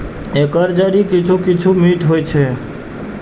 एकर जड़ि किछु किछु मीठ होइ छै